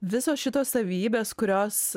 visos šitos savybės kurios